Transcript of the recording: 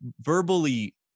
verbally